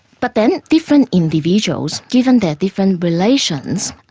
but then, different individuals, given their different relations,